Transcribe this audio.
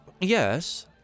yes